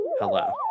Hello